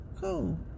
Cool